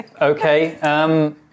Okay